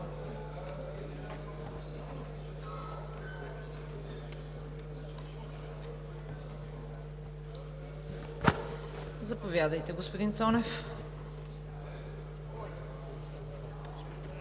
Заповядайте, господин Цонев.